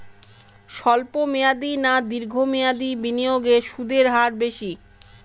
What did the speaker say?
স্বল্প মেয়াদী না দীর্ঘ মেয়াদী বিনিয়োগে সুদের হার বেশী?